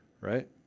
right